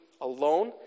alone